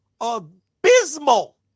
Abysmal